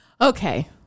Okay